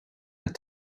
maar